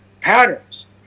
patterns